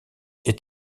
est